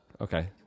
Okay